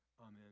Amen